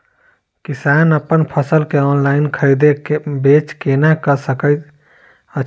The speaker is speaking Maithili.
किसान अप्पन फसल केँ ऑनलाइन खरीदै बेच केना कऽ सकैत अछि?